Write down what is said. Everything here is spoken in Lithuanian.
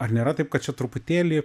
ar nėra taip kad čia truputėlį